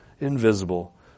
invisible